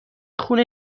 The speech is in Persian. خون